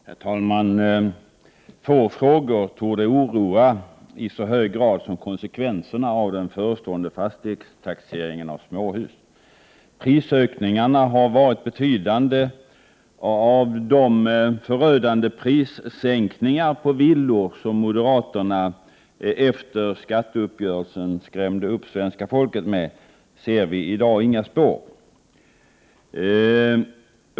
Herr talman! Få frågor torde oroa i så hög grad som konsekvenserna av den förestående fastighetstaxeringen av småhus. Prisökningarna har varit betydande, och av de förödande prissänkningar på villor som moderaterna efter skatteuppgörelsen skrämde upp svenska folket med ser vi i dag inga spår.